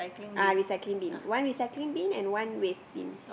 ah recycling bin one recycling bin and one waste bin